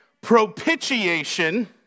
Propitiation